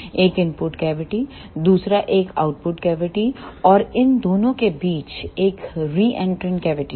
एक input cavity है दूसरा एक आउटपुट कैविटी है और इन दोनों के बीच एक रीइंटरेंट कैविटी है